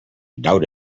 doubt